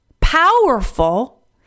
powerful